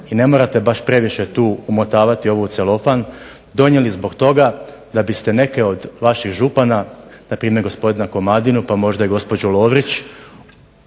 i ne morate baš previše tu umotavati ovo u celofan, donijeli zbog toga da biste neke od vaših župana npr. gospodina Komadinu pa možda i gospođu Lovrić